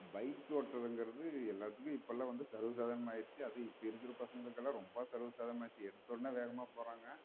bike ஓட்டுறதுங்கிறது எல்லாத்துக்கும் இப்பெல்லாம் வந்து சர்வ சாதாரணமாக ஆயிடுச்சி அதுவும் இப்போ இருக்கிற பசங்களுக்கு எல்லாம் ரொம்ப சர்வ சாதாரணமாக ஆயிடுச்சி எடுத்தவொடன்னே வேகமாக போகிறாங்க